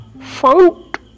found